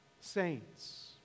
saints